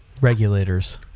Regulators